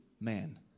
man